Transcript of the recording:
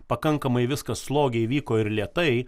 pakankamai viskas slogiai vyko ir lėtai